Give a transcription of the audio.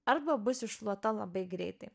arba bus iššluota labai greitai